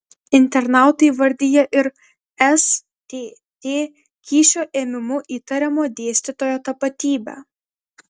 internautai įvardija ir stt kyšio ėmimu įtariamo dėstytojo tapatybę